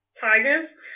Tigers